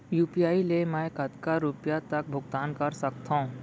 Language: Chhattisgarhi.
यू.पी.आई ले मैं कतका रुपिया तक भुगतान कर सकथों